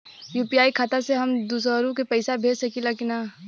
UPI खाता से हम दुसरहु के पैसा भेज सकीला की ना?